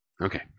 Okay